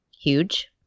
huge